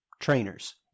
trainers